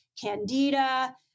candida